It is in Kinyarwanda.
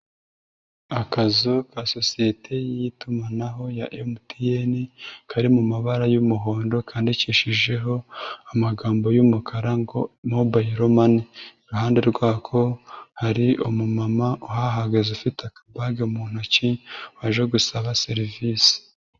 Akazu ka sociyete y'itumanaho ya MTN, kari mu mabara y'umuhondo, kandidikishijeho amagambo y'umukara ngo Mobile money. Iruhande rwako hari umumama uhahagaze ufite akabaga mu ntoki, waje gusaba serivisi.